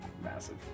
massive